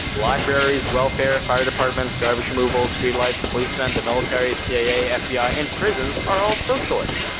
libraries, welfare, fire departments, garbage removal, streetlights, policemen, the military, the cia, fbi, and prisons are all socialist.